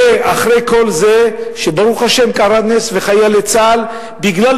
ואחרי כל זה, כשברוך השם קרה נס וחיילי צה"ל, בגלל